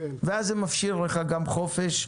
ואז זה משאיר לך גם חופש,